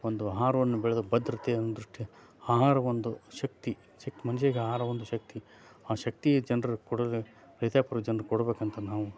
ಒಂದು ಆಹಾರವನ್ನು ಬೆಳೆದು ಭದ್ರತೆಯ ಒಂದು ದೃಷ್ಟಿ ಆಹಾರ ಒಂದು ಶಕ್ತಿ ಶಕ್ತಿ ಮನುಷ್ಯನಿಗೆ ಆಹಾರ ಒಂದು ಶಕ್ತಿ ಆ ಶಕ್ತಿಯೇ ಜನರು ಕೊಡಲು ರೈತಾಪಿ ವರ್ಗದ ಜನರು ಕೊಡಬೇಕು ಅಂತ ನಾವು